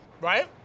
Right